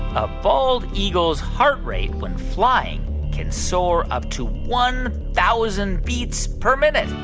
a bald eagle's heart rate when flying can soar up to one thousand beats per minute?